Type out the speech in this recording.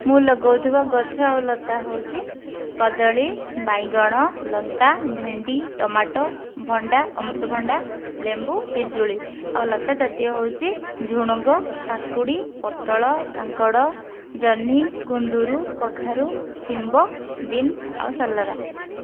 ମୁଁ ଲଗାଉଥିବା ଗଛ ଆଉ ଲତା ହେଉଛି କଦଳୀ ବାଇଗଣ ଲଙ୍କା ଭେଣ୍ଡି ଟମାଟୋ ଭଣ୍ଡା ଅମୃତ ଭଣ୍ଡା ଲେମ୍ବୁ ପିଜୁଳି ଆଉ ଲତା ଜାତୀୟ ହେଉଛି ଝୁଡ଼ଙ୍ଗ କାକୁଡ଼ି ପୋଟଳ କାଙ୍କଡ଼ ଜହ୍ନି କୁନ୍ଦୁରୁ କଖାରୁ ଶିମ୍ବ ବିନ୍ସ ଆଉ ସଲରା